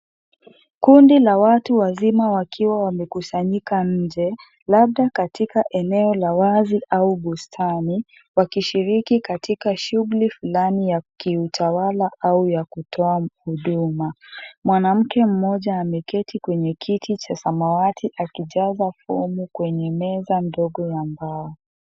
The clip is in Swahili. Kundi la watu wazima wakiwa wamekusanyika nje labda katika eneo la wazi au bustani wakishiriki katika shughuli fulani ya utawala au ya kutoa huduma . Mwanamke mmoja ameketi kwenye kiti cha samawati akijaza fomu kwenye meza ndogo ya mbao.